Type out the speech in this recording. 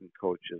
coaches